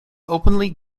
openly